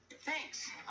Thanks